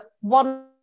one